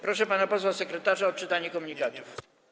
Proszę pana posła sekretarza o odczytanie komunikatów.